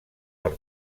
per